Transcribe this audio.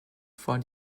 for